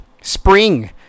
spring